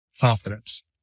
confidence